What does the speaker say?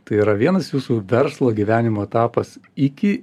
tai yra vienas jūsų verslo gyvenimo etapas iki